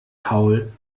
paul